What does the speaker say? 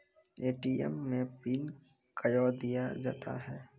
ATM मे PIN कयो दिया जाता हैं?